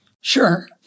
Sure